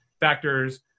factors